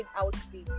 outfit